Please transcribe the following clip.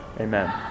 Amen